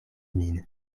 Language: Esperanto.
min